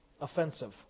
offensive